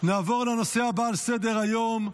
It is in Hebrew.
נעבור לנושא הבא על סדר-היום: